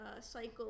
cycle